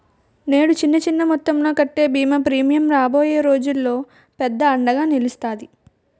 నేడు చిన్న చిన్న మొత్తంలో కట్టే బీమా ప్రీమియం రాబోయే రోజులకు పెద్ద అండగా నిలుస్తాది